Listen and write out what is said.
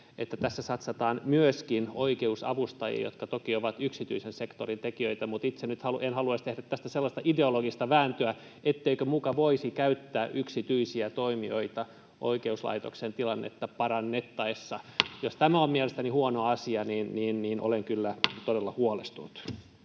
että tässä satsataan myöskin oikeusavustajiin, jotka toki ovat yksityisen sektorin tekijöitä, mutta itse nyt en haluaisi tehdä sellaista ideologista vääntöä, etteikö muka voisi käyttää yksityisiä toimijoita oikeuslaitoksen tilannetta parannettaessa. Jos tämä on mielestänne huono asia, niin olen kyllä todella huolestunut.